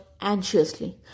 anxiously